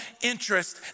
interest